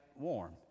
warm